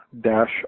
dash